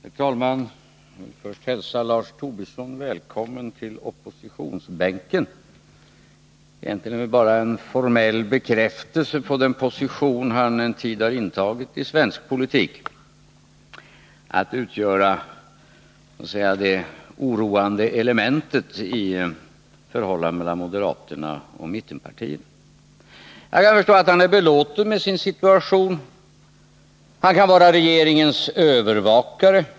Herr talman! Låt mig först hälsa Lars Tobisson välkommen till oppositionsbänken. Att han nu sitter där är väl egentligen bara en formell bekräftelse på den position han en tid har intagit i svensk politik: att utgöra det oroande elementet i förhållandena mellan moderaterna och mittenpartierna. Jag förstår att Lars Tobisson är belåten med sin situation. Han kan nu vara regeringens övervakare.